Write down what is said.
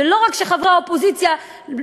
ולא רק שרבים מחברי האופוזיציה לא